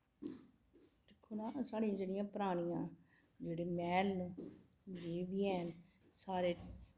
दिक्खो ना साढ़ियां जेह्ड़ियां परानियां जेह्ड़े मैह्ल न जे बी हैन सारे